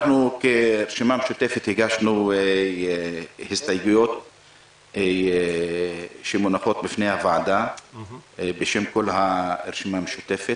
הגשנו הסתייגויות שמונחות בפני הוועדה בשם כל הרשימה המשותפת,